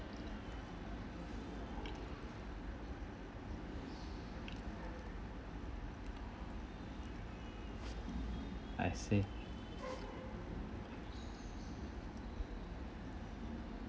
I see